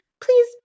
please